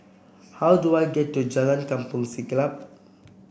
how do I get to Jalan Kampong Siglap